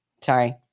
Sorry